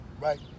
right